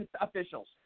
officials